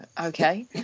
Okay